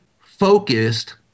focused